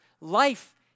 life